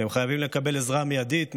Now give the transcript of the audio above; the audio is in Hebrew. אתם חייבים לקבל עזרה מיידית,